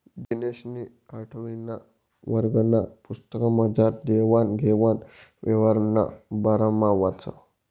दिनेशनी आठवीना वर्गना पुस्तकमझार देवान घेवान यवहारना बारामा वाचं